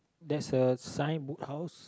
that's a sign Book House